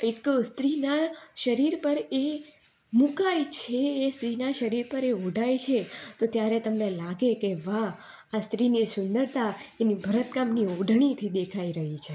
એક સ્ત્રીના શરીર પર એ મુકાય છે એક સ્ત્રીના શરીર પર એ ઓળખાય છે તો જ્યારે તમને લાગે કે વાહ આ સ્ત્રીની સુંદરતા એની ભરતકામની ઓઢણીથી દેખાઈ રહી છે